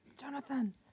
Jonathan